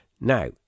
now